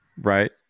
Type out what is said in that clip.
Right